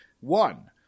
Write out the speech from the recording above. One